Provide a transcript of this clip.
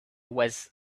was